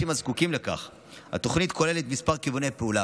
בשם הזכויות הבסיסיות ביותר,